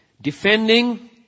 Defending